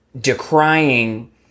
decrying